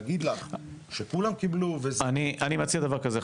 אני מציע דבר כזה,